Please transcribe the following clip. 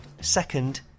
second